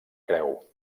creu